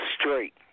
straight